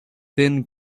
thin